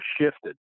shifted